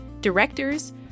directors